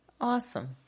Awesome